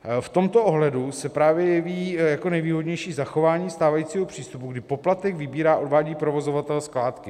V tomto ohledu se právě jeví jako nejvhodnější zachování stávajícího přístupu, kdy poplatek vybírá a odvádí provozovatel skládky.